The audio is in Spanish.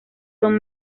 son